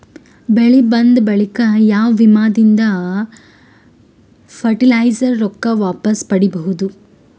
ಬೆಳಿ ಬಂದ ಬಳಿಕ ಯಾವ ವಿಮಾ ದಿಂದ ಫರಟಿಲೈಜರ ರೊಕ್ಕ ವಾಪಸ್ ಪಡಿಬಹುದು?